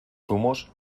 zumos